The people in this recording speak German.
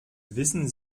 wissen